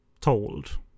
told